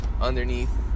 underneath